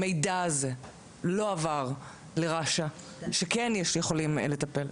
המידע הזה לא עבר לרש"א, שכן יכולים לטפל.